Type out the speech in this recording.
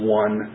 one